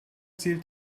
zielt